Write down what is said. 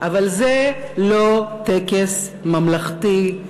אבל זה לא טקס ממלכתי,